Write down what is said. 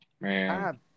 Man